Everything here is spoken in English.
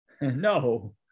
No